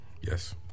yes